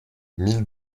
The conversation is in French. mille